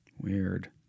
weird